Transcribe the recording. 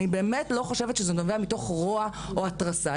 אני לא חושבת שזה נובע מתוך רוע או התרסה,